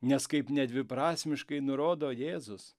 nes kaip nedviprasmiškai nurodo jėzus